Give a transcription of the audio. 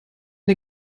der